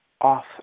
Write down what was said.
off